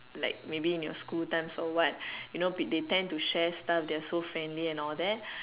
like maybe in your school times or what you know they tend to share stuff they are so friendly and all that